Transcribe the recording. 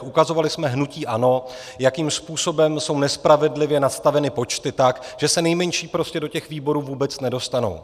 Ukazovali jsme hnutí ANO, jakým způsobem jsou nespravedlivě nastaveny počty tak, že se nejmenší prostě do těch výborů vůbec nedostanou.